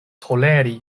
toleri